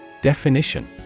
Definition